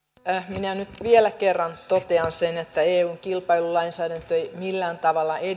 minä nyt vielä kerran totean sen että eun kilpailulainsäädäntö ei millään tavalla